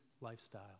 lifestyle